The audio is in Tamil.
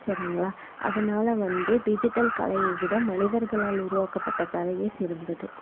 சரிங்களா அதனால் வந்து டிஜிட்டல் கலையை விட மனிதர்களால் உருவாக்கப்பட்ட கலையே சிறந்தது